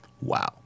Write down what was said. Wow